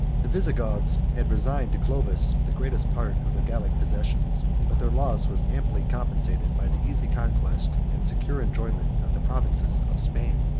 the visigoths had resigned to clovis the greatest part of their gallic possessions but their loss was amply compensated by the easy conquest, and secure enjoyment, of the provinces of spain.